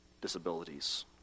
disabilities